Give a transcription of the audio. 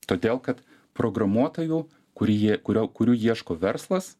todėl kad programuotojų kurį kurio kurių ieško verslas